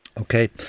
Okay